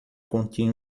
continha